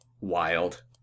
wild